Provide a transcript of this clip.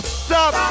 stop